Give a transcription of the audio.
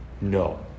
No